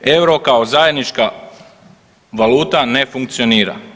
Euro kao zajednička valuta ne funkcionira.